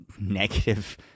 negative